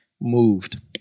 moved